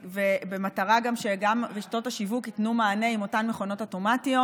במטרה שגם רשתות השיווק ייתנו מענה עם אותן מכונות אוטומטיות,